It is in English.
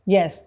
Yes